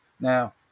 Now